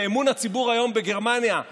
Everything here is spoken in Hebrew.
ואמון הציבור היום בשלטון בגרמניה,